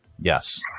Yes